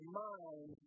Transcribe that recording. mind